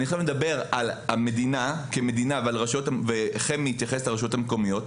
אני מדבר עכשיו על המדינה כמדינה וחמי יתייחס לרשויות המקומיות,